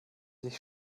sich